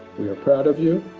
we are proud of you.